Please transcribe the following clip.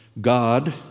God